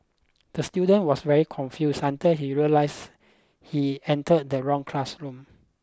the student was very confused until he realised he entered the wrong classroom